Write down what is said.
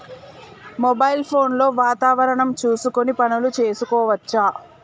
Mobile phone లో వాతావరణం చూసుకొని పనులు చేసుకోవచ్చా?